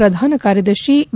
ಪ್ರಧಾನಕಾರ್ಯದರ್ಶಿ V